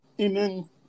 Amen